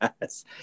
Yes